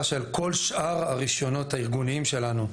שבכל שאר הרישיונות הארגוניים שלנו,